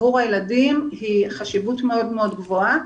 עבור הילדים היא מאוד-מאוד גבוהה.